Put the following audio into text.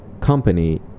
company